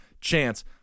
chance